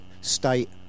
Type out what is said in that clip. state